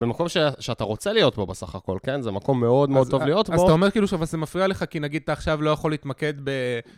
במקום שאתה רוצה להיות בו בסך הכל, כן? זה מקום מאוד מאוד טוב להיות בו. אז אתה אומר כאילו שזה מפריע לך כי נגיד אתה עכשיו לא יכול להתמקד ב...